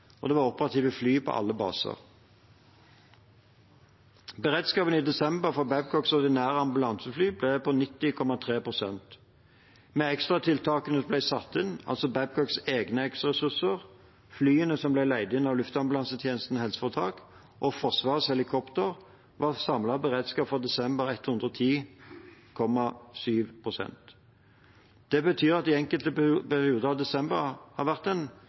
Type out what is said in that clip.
og det var operative fly på alle baser. Beredskapen i desember for Babcocks ordinære ambulansefly ble på 90,3 pst. Med ekstratiltakene som ble satt inn, altså Babcocks egne ekstraressurser, flyene som ble leid inn av Luftambulansetjenesten HF og Forsvarets helikopter, ble samlet beredskap for desember på 110,7 pst. Det betyr at det i enkelte perioder av desember har vært en